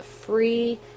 free